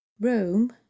Rome